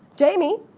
jamie.